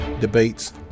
debates